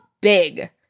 big